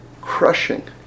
crushing